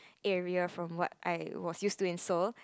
area from what I was used to in Seoul